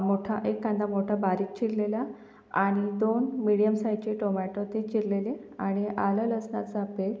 मोठा एक कांदा मोठा बारीक चिरलेला आणि दोन मिडियम साईजचे टोमॅटो ते चिरलेले आणि आलं लसणाचा पेत